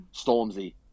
Stormzy